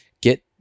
get